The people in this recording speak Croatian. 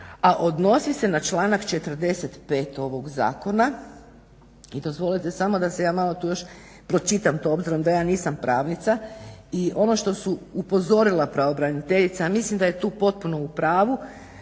a odnosi se na članak 45. Ovog zakona i dozvolite samo da se ja malo tu još pročitam to obzirom da ja nisam pravnica i ono što su upozorila pravobraniteljica a mislim da je to potpuno u pravu,